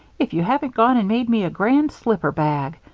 if you haven't gone and made me a grand slipper-bag!